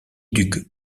ducs